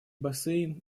бассейн